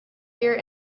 here